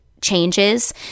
changes